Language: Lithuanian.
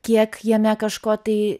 kiek jame kažko tai